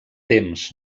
temps